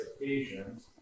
occasions